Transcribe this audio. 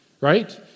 right